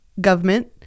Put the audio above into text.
government